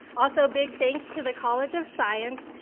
also a big thanks to the college of science,